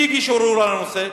אבל מי הגיש ערעור על הנושא?